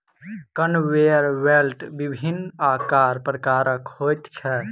conveyor belt विभिन्न आकार प्रकारक होइत छै